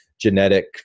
genetic